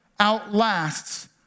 outlasts